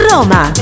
Roma